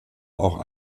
auch